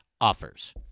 offers